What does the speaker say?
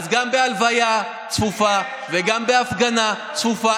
אז גם בהלוויה צפופה וגם בהפגנה צפופה.